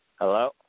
Hello